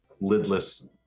lidless